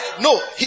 No